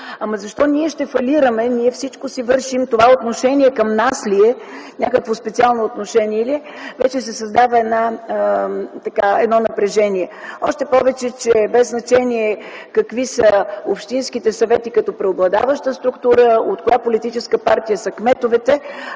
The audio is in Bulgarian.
”Ама защо ние ще фалираме, ние всичко си вършим, това отношение към нас ли е, някакво специално отношение ли е”, вече се създава едно напрежение. Още повече, че е без значение какви са общинските съвети като преобладаваща структура, от коя политическа партия са кметовете.